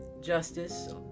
justice